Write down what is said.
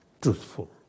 truthful